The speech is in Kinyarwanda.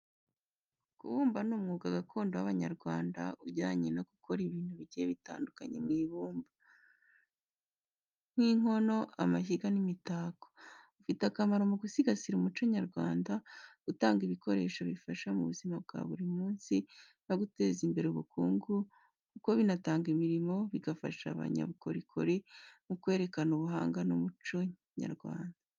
Kubumba ni umwuga gakondo w’abanyarwanda ujyanye no gukora ibintu bigiye bitandukanye mu ibumba, nk’inkono, amashyiga n’imitako. Ufite akamaro mu gusigasira umuco nyarwanda, gutanga ibikoresho bifasha mu buzima bwa buri munsi, no guteza imbere ubukungu kuko binatanga imirimo, bigafasha abanyabukorikori mu kwerekana ubuhanga n’umuco nyarwanda.